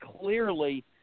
clearly